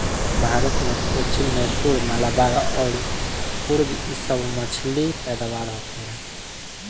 भारत मे कोचीन, मैसूर, मलाबार अउर कुर्ग इ सभ मछली के पैदावार होला